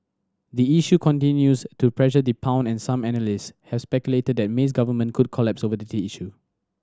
the issue continues to pressure the pound and some analyst have speculated that May's government could collapse over the issue